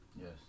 Yes